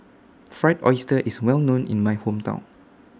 Fried Oyster IS Well known in My Hometown